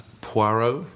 Poirot